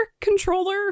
controller